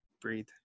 breathe